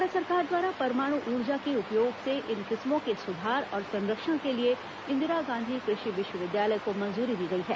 भारत सरकार द्वारा परमाणु ऊर्जा के उपयोग से इन किस्मों के सुधार और संरक्षण के लिए इंदिरा गांधी कषि विश्वविद्यालय को मंजूरी दी गई है